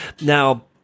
now